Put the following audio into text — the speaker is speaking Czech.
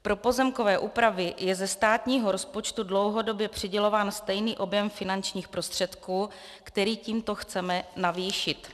Pro pozemkové úpravy je ze státního rozpočtu dlouhodobě přidělován stejný objem finančních prostředků, který tímto chceme navýšit.